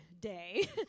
day